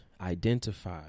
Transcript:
identify